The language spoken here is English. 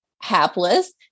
hapless